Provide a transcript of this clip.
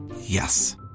Yes